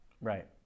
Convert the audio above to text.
Right